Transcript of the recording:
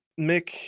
Mick